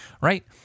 right